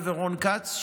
אני ורון כץ,